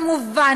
כמובן,